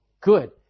Good